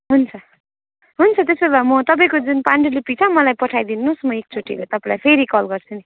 हुन्छ हुन्छ त्यसो भए म तपाईँको जुन पाण्डुलिपि छ मलाई पठाइदिनु होस् म एक चोटि तपाईँलाई फेरि कल गर्छु नि